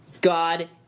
God